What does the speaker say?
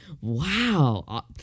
Wow